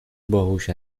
باهوش